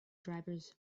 drivers